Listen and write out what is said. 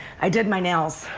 i did my nails.